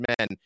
men